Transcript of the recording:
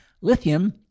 lithium